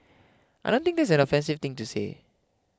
I don't think that's an offensive thing to say